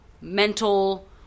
mental